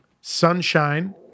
Sunshine